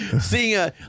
seeing